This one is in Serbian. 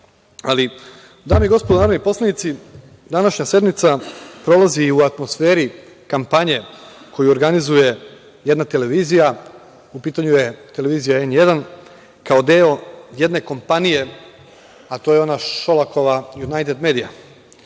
dame i gospodo narodni poslanici, današnja sednica prolazi u atmosferi kampanje koju organizuje jedna televizija. U pitanju je televizija „N1“, kao deo jedne kompanije, a to je ona Šolakova „Junajted medija“.